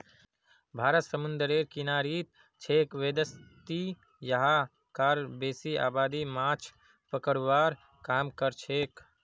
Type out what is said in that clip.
भारत समूंदरेर किनारित छेक वैदसती यहां कार बेसी आबादी माछ पकड़वार काम करछेक